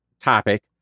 topic